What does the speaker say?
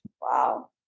Wow